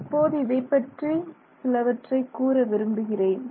இப்போது இதைப்பற்றி சிலவற்றைக் கூற விரும்புகிறேன்